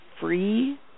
free